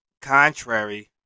contrary